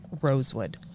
Rosewood